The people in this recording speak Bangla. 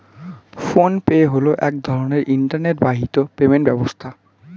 ফোন পে হলো এক ধরনের ইন্টারনেট বাহিত পেমেন্ট ব্যবস্থা